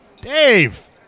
Dave